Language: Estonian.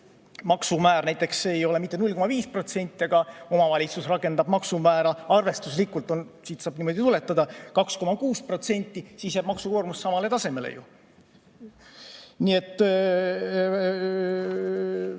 maksumäär näiteks ei ole mitte 0,5%, vaid omavalitsus rakendab maksumäära, arvestuslikult siit saab niimoodi tuletada, 2,6%, siis jääb maksukoormus samale tasemele ju. Nii et